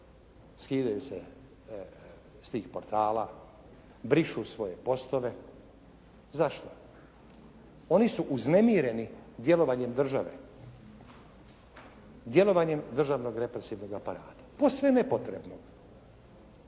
skidaju se s tih portala, brišu svoje postove. Zašto? Oni su uznemireni djelovanjem države, djelovanjem državnog represivnog aparata, posve nepotrebno.